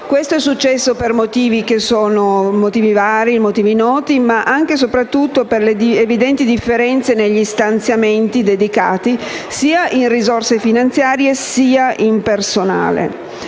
Questo è accaduto per vari motivi noti, ma anche e soprattutto per le evidenti differenze negli stanziamenti dedicati sia in risorse finanziarie che in personale.